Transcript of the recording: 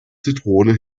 zitrone